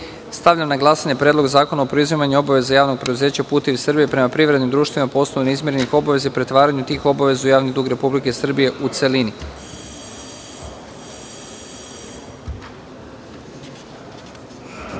celini. Stavljam na glasanje Predlog zakona o preuzimanju obaveza Javnog preduzeća "Putevi Srbije" prema privrednim društvima po osnovu neizmirenih obaveza i pretvaranja tih obaveza u javni dug Republike Srbije, u celini. Molim